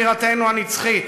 בירתנו הנצחית.